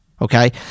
Okay